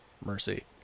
Mercy